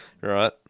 right